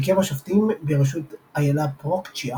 הרכב השופטים בראשות אילה פרוקצ'יה